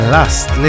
Last